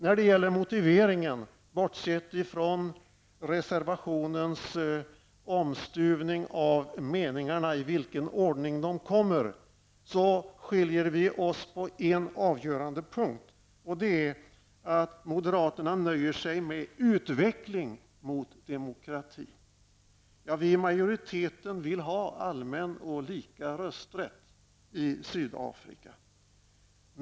Vad beträffar motiveringen skiljer vi oss, bortsett från den ordning som meningarna kommer i, på en avgörande punkt. Moderaterna nöjer sig nämligen med ''utveckling'' mot demokrati, medan vi i majoriteten vill ha allmän och lika rösträtt i Sydafrika.